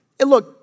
Look